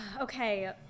Okay